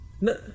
No